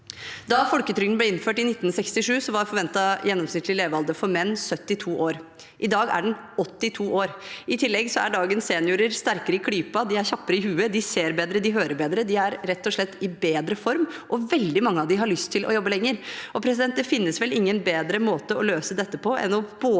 Da folketrygden ble innført i 1967, var forventet gjennomsnittlig levealder for menn 72 år. I dag er den 82 år. I tillegg er dagens seniorer sterkere i klypa, de er kjappere i hodet, de ser bedre, og de hører bedre. De er rett og slett i bedre form, og veldig mange av dem har lyst til å jobbe lenger. Det finnes vel ingen bedre måte å løse dette på enn både